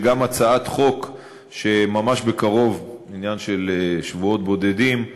הצעת חוק שממש בקרוב עניין של שבועות בודדים,